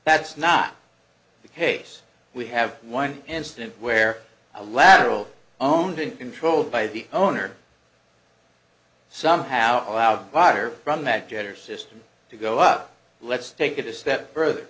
that's not the case we have one incident where a lateral owned and controlled by the owner somehow allowed fire from that jet or system to go up let's take it a step further